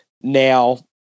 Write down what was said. now